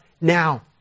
now